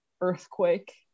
earthquake